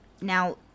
Now